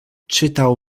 czytał